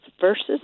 versus